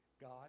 God